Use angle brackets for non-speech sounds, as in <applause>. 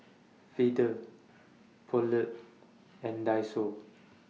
<noise> Feather Poulet and Daiso